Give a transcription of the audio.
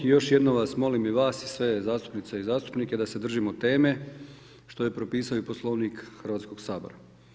I još jednom vas molim i vas i sve zastupnice i zastupnike da se držimo teme što je propisao i Poslovnik Hrvatskoga sabora.